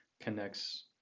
connects